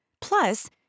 Plus